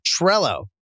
Trello